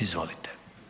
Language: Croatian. Izvolite.